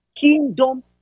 Kingdom